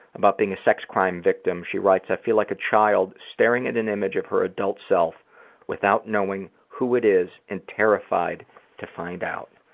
about being a sex crime victim she writes i feel like a child staring at an image of her adult self without knowing who it is and terrified to find out.